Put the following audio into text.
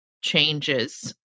changes